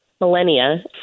millennia